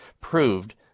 proved